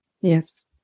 Yes